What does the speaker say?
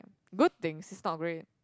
good things is not great